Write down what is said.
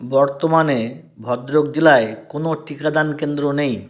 বর্তমানে ভদ্রক জেলায় কোনো টিকাদান কেন্দ্র নেই